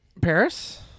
Paris